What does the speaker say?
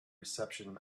reception